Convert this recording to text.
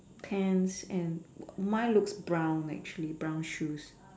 pants and mine looks brown actually brown shoes